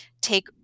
take